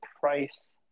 price